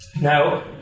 Now